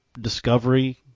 Discovery